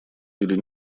или